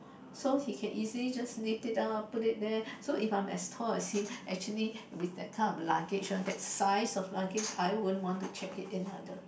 so he can easily just lift it up put it there so if I'm as tall as him actually with that kind of luggage that size of luggage I won't want to check it in either